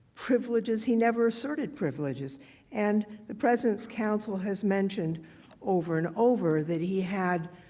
privileges he never certain privileges and the president's council has mentioned over and over that he had